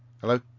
Hello